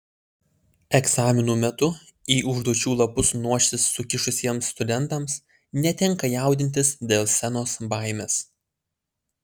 egzaminų metu į užduočių lapus nosis sukišusiems studentams netenka jaudintis dėl scenos baimės